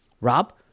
Rob